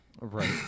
Right